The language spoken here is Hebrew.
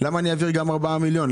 למה אני אעביר 4 מיליון?